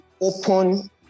open